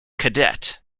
cadet